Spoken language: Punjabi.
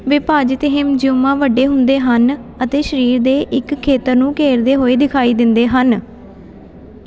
ਵਿਭਾਜਿਤ ਹਿੰਮਜਿਓਮਾ ਵੱਡੇ ਹੁੰਦੇ ਹਨ ਅਤੇ ਸਰੀਰ ਦੇ ਇੱਕ ਖੇਤਰ ਨੂੰ ਘੇਰਦੇ ਹੋਏ ਦਿਖਾਈ ਦਿੰਦੇ ਹਨ